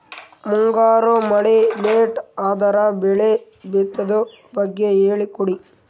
ಮುಂಗಾರು ಮಳೆ ಲೇಟ್ ಅದರ ಬೆಳೆ ಬಿತದು ಬಗ್ಗೆ ಹೇಳಿ ಕೊಡಿ?